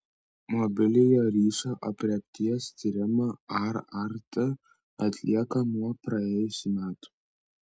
mobiliojo ryšio aprėpties tyrimą rrt atlieka nuo praėjusių metų